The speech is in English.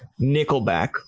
Nickelback